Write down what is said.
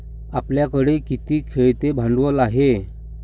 आपल्याकडे किती खेळते भांडवल आहे?